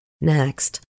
Next